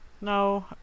No